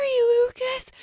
Lucas